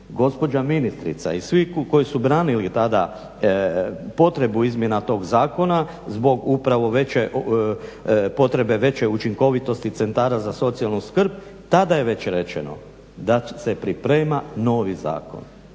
gospođa ministrica i svi koji su branili tada potrebu izmjena tog zakona zbog upravo veće potrebe veće učinkovitosti centara za socijalnu skrb tada je već rečeno da se priprema novi zakon.